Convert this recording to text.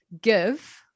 give